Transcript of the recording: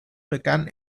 begann